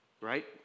Right